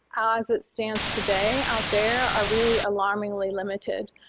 as it stands today out there are really alarmingly limited.